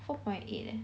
four point eight leh